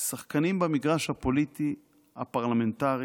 שחקנים במגרש הפוליטי הפרלמנטרי